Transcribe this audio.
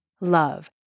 Love